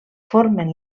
formen